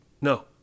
No